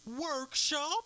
workshop